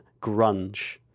grunge